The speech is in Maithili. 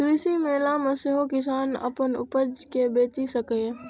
कृषि मेला मे सेहो किसान अपन उपज कें बेचि सकैए